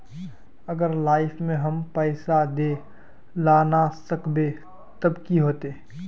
अगर लाइफ में हम पैसा दे ला ना सकबे तब की होते?